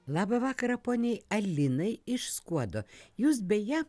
labą vakarą poniai alinai iš skuodo jūs beje